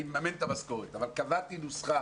אני מממן את המשכורת אבל קבעתי נוסחה